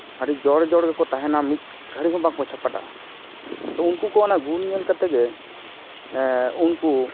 ᱟᱹᱰᱤ ᱡᱚᱲ ᱡᱚᱲ ᱜᱮᱠᱚ ᱛᱟᱦᱮᱱᱟ ᱢᱤᱫᱜᱷᱟᱹᱲᱤ ᱦᱚᱸ ᱵᱟᱝᱠᱚ ᱪᱷᱟᱯᱟᱰᱟ ᱼᱟ ᱩᱱᱠᱩ ᱠᱚᱣᱟᱜ ᱚᱱᱟ ᱜᱩᱱ ᱧᱮᱞ ᱠᱟᱛᱮᱜᱮ ᱩᱱᱠᱩ